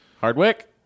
Hardwick